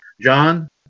John